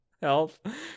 health